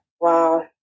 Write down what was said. Wow